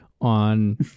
on